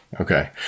Okay